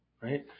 right